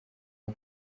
ava